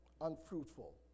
Unfruitful